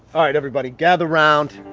alright everybody, gather around.